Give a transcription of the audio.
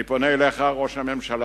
אני פונה אליך, ראש הממשלה,